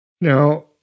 Now